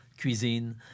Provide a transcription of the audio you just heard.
cuisine